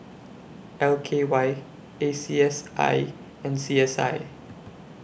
L K Y A C S I and C S I